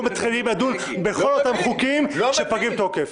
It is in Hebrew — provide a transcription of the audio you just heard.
מתחילים לדון בכל אותם חוקים שפג תוקפם.